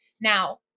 Now